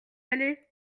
allez